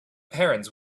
parents